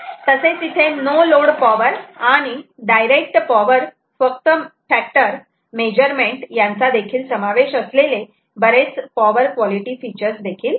तसेच इथे no load power आणि डायरेक्ट पॉवर फॅक्टर मेजरमेंट यांचादेखील समावेश असलेले बरेच पॉवर क्वलिटी फीचर्स देखील आहेत